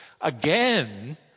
again